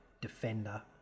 Defender